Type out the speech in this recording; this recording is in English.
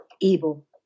evil